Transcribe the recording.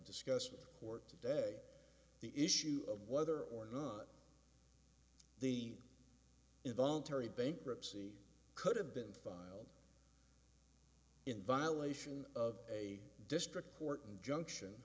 discuss with the court today the issue of whether or not the involuntary bankruptcy could've been filed in violation of a district court injunction